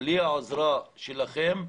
בלי העזרה שלכם,